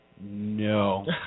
No